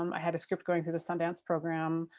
um i had a script going through the sundance program,